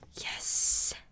Yes